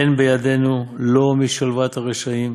אין בידינו לא משלוות רשעים